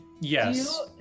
Yes